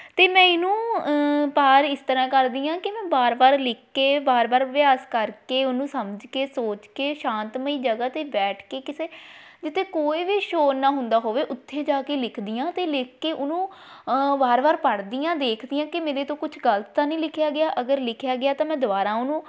ਅਤੇ ਮੈਂ ਇਹਨੂੰ ਪਾਰ ਇਸ ਤਰਾਂ ਕਰਦੀ ਹਾਂ ਕਿ ਮੈਂ ਬਾਰ ਬਾਰ ਲਿਖ ਕੇ ਬਾਰ ਬਾਰ ਅਭਿਆਸ ਕਰਕੇ ਉਹਨੂੰ ਸਮਝ ਕੇ ਸੋਚ ਕੇ ਸ਼ਾਂਤਮਈ ਜਗ੍ਹਾ 'ਤੇ ਬੈਠ ਕੇ ਕਿਸੇ ਜਿੱਥੇ ਕੋਈ ਵੀ ਸ਼ੋਰ ਨਾਲ ਹੁੰਦਾ ਹੋਵੇ ਉੱਥੇ ਜਾ ਕੇ ਲਿਖਦੀ ਹਾਂ ਅਤੇ ਲਿਖ ਕੇ ਉਹਨੂੰ ਵਾਰ ਵਾਰ ਪੜਦੀ ਹਾਂ ਦੇਖਦੀ ਹਾਂ ਕਿ ਮੇਰੇ ਤੋਂ ਕੁਝ ਗਲਤ ਤਾਂ ਨਹੀਂ ਲਿਖਿਆ ਗਿਆ ਅਗਰ ਲਿਖਿਆ ਗਿਆ ਤਾਂ ਮੈਂ ਦੁਬਾਰਾ ਉਹਨੂੰ